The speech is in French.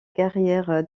carrière